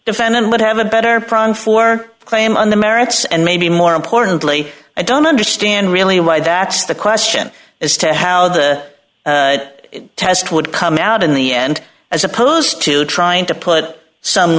defendant would have a better product for a claim on the merits and maybe more importantly i don't understand really why that's the question as to how the test would come out in the end as opposed to trying to put some